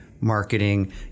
marketing